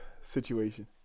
situation